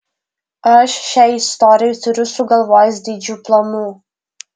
aš šiai istorijai turiu sugalvojęs didžių planų